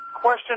Question